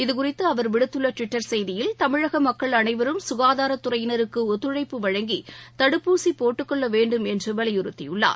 இதுகுறித்து அவர் விடுத்துள்ள டுவிட்டர் செய்தியில் தமிழக மக்கள் அனைவரும் சுகாதாரத் துறையினருக்கு ஒத்துழைப்பு வழங்கி தடுப்பூசி போட்டுக் கொள்ள வேண்டும் என்று வலியுறுத்தியுள்ளார்